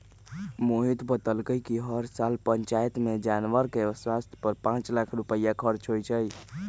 मोहित बतलकई कि हर साल पंचायत में जानवर के स्वास्थ पर पांच लाख रुपईया खर्च होई छई